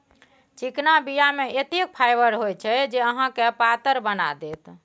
चिकना बीया मे एतेक फाइबर होइत छै जे अहाँके पातर बना देत